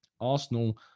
Arsenal